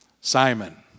Simon